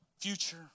future